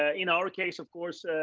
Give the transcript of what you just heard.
ah in our case, of course,